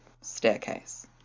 staircase